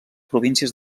províncies